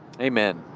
Amen